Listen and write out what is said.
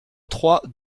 trois